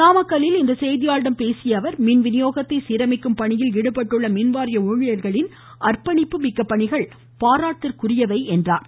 நாமக்கல்லில் இன்று செய்தியாளர்களிடம் பேசிய அவர் மின்விநியோகத்தை சீரமைக்கும் பணியில் ஈடுபட்டுள்ள மின்வாரிய ஊழியர்களின் அர்ப்பணிப்பு மிக்க பணிகள் பாராட்டிற்குரியவை என்றார்